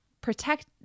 protect